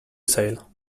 sail